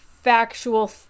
factual